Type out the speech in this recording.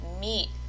meat